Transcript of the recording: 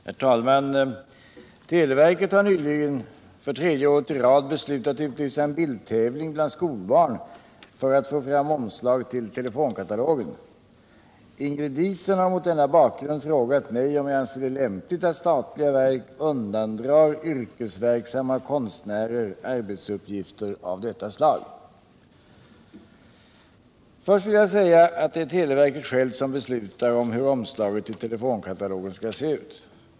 Herr talman! Televerket har nyligen för tredje året i rad beslutat utlysa en bildtävling bland skolbarn för att få fram omslag till telefonkatalogen. Ingrid Diesen har mot denna bakgrund frågat mig om jag anser det lämpligt att statliga verk undandrar yrkesverksamma konstnärer arbetsuppgifter av detta slag. Först vill jag säga att det är televerket självt som beslutar om hur omslaget till telefonkatalogen skall se ut.